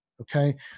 okay